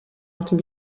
often